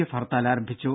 F hartal ആരംഭിച്ചു